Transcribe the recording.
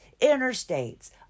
interstates